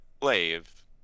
slave